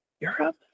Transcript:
Europe